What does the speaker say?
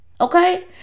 okay